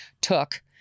took